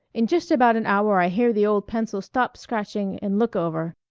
in just about an hour i hear the old pencil stop scratching and look over.